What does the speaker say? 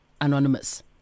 anonymous